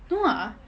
no ah